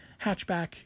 hatchback